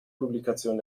publikation